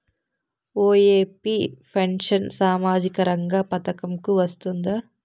OAP pension సామాజిక రంగ పథకం కు వస్తుందా?